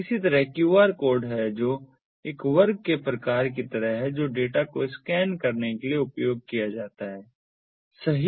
इसी तरह QR code है जो एक वर्ग के प्रकार की तरह है जो डेटा को स्कैन करने के लिए उपयोग किया जाता है सही